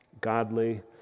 Godly